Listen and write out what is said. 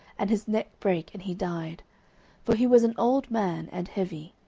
and his neck brake, and he died for he was an old man, and heavy.